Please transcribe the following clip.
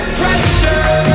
pressure